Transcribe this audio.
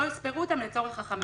לא ייספרו אותם לצורך החמישה האלה.